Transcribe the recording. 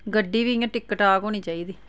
गड्डी बी इ'यां टिकटाक होनी चाहिदी